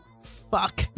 Fuck